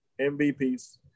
MVPs